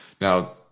Now